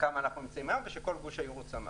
כמה אנחנו נמצאים היום ושכל גוש היורו צמח.